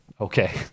okay